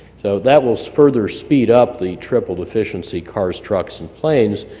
so that will further speed up the tripled efficiency cars, trucks and planes,